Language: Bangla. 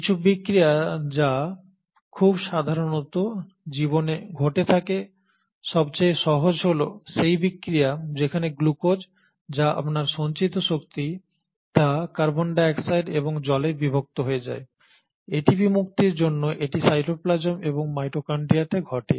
কিছু বিক্রিয়া যা খুব সাধারণত জীবনে ঘটে থাকে সবচেয়ে সহজ হল সেই বিক্রিয়া যেখানে গ্লুকোজ যা আপনার সঞ্চিত শক্তি তা কার্বন ডাই অক্সাইড এবং জলে বিভক্ত হয়ে যায় এটিপি মুক্তির জন্য এটি সাইটোপ্লাজম এবং মাইটোকন্ড্রিয়াতে ঘটে